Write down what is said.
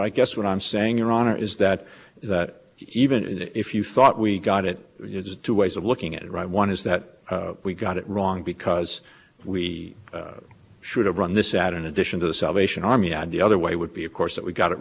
i guess what i'm saying your honor is that even if you thought we got it two ways of looking at it right one is that we got it wrong because we should have run this ad in addition to the salvation army and the other way would be of course that we got it